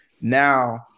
now